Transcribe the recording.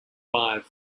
five